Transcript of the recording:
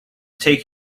take